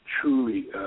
truly